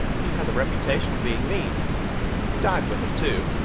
he had the reputation of being mean he died with it, too,